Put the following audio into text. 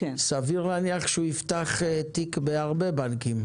סביר להניח שהוא יפתח תיק בהרבה בנקים.